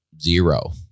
zero